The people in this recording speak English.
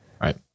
Right